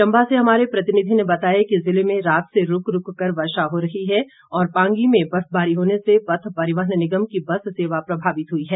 चंबा से हमारे प्रतिनिधि ने बताया कि जिले में रात से रूक रूक वर्षा हो रही है और पांगी में बर्फबारी होने से पथ परिवहन निगम की बस सेवा प्रभावित हुई है